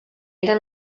eren